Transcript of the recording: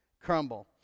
crumble